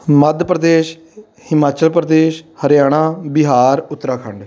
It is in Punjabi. ਮੱਧ ਪ੍ਰਦੇਸ਼ ਹਿਮਾਚਲ ਪ੍ਰਦੇਸ਼ ਹਰਿਆਣਾ ਬਿਹਾਰ ਉੱਤਰਾਖੰਡ